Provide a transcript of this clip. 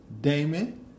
Damon